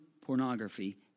pornography